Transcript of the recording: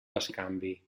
bescanvi